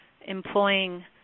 employing